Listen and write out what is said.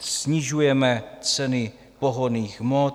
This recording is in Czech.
Snižujeme ceny pohonných hmot.